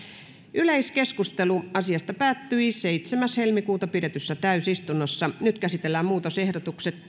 yleiskeskustelu asiasta päättyi seitsemäs toista kaksituhattayhdeksäntoista pidetyssä täysistunnossa nyt käsitellään muutosehdotukset